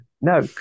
no